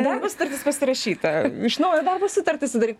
darbo sutartis pasirašyta iš naujo darbo sutartį sudaryt